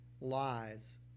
lies